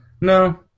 No